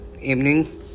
evening